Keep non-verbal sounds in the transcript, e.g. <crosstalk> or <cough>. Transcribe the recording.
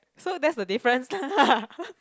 so that's the difference lah <laughs>